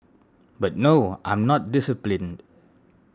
but no I'm not disciplined